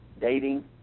dating